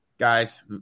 guys